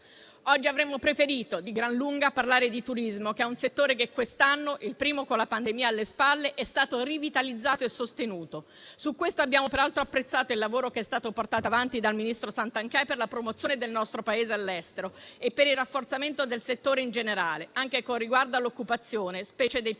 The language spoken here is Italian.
Oggi avremmo preferito di gran lunga parlare di turismo, un settore che quest'anno, il primo con la pandemia alle spalle, è stato rivitalizzato e sostenuto. Su questo abbiamo peraltro apprezzato il lavoro che è stato portato avanti dal ministro Garnero Santanchè per la promozione del nostro Paese all'estero e per il rafforzamento del settore in generale, anche con riguardo all'occupazione, specie dei più